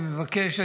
אני מבקש,